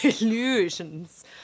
Illusions